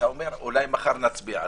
אומר שאולי מחר נצביע.